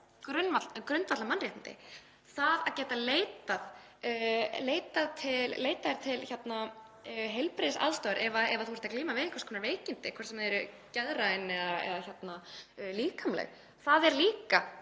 grundvallarmannréttindi. Það að geta leitað sér heilbrigðisaðstoðar ef þú ert að glíma við einhvers konar veikindi, hvort sem þau eru geðræn eða líkamleg, það eru líka